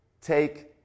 take